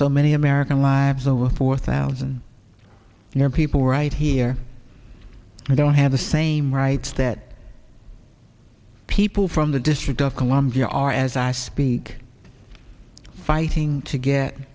so many american lives over four thousand year people right here we don't have the same rights that people from the district of columbia are as i speak fighting to get